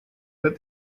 that